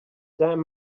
damn